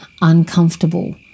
uncomfortable